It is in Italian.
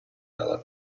dalla